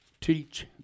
teach